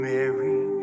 Mary